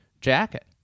jacket